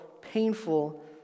painful